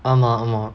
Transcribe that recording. ஆமா ஆமா:aamaa aamaa